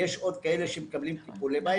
יש עוד כאלה שמקבלים טיפולי בית,